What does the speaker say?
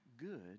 good